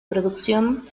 producción